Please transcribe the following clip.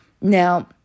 Now